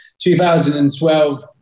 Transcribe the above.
2012